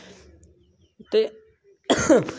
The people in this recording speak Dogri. हूं